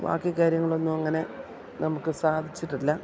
ബാക്കി കാര്യങ്ങളൊന്നുമങ്ങനെ നമുക്ക് സാധിച്ചിട്ടില്ല